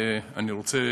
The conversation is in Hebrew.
אני רוצה